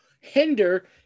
hinder